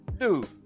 Dude